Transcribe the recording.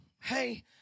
hey